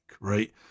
right